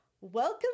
welcome